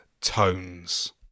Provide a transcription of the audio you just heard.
tones